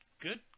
Good